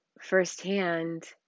firsthand